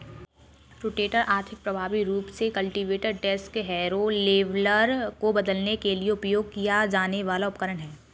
rotator आर्थिक, प्रभावी रूप से कल्टीवेटर, डिस्क हैरो, लेवलर को बदलने के लिए उपयोग किया जाने वाला उपकरण है